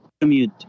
commute